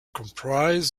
comprised